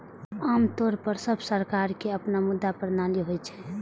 आम तौर पर सब सरकारक अपन मुद्रा प्रणाली होइ छै